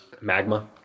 magma